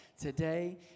today